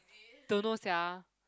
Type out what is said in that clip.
don't know sia